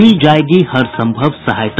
दी जायेगी हर सम्भव सहायता